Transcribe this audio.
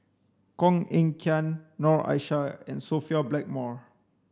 Koh Eng Kian Noor Aishah and Sophia Blackmore